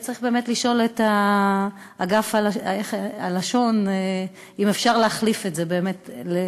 צריך באמת לשאול את אגף הלשון אם אפשר להחליף את זה לזה.